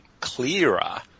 clearer